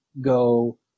go